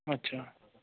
अच्छा